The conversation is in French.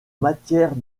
matière